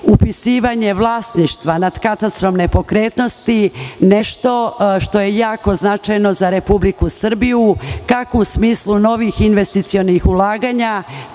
upisivanje vlasništva nad katastrom nepokretnosti što je jako značajno za Republiku Srbiju, kako u smislu novih investicionih ulaganja,